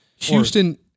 Houston